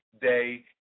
day